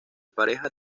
pareja